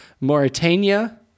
Mauritania